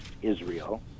Israel